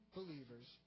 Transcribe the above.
believers